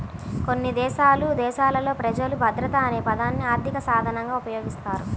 కొన్ని దేశాలు భాషలలో ప్రజలు భద్రత అనే పదాన్ని ఆర్థిక సాధనంగా ఉపయోగిస్తారు